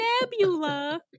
Nebula